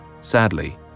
Sadly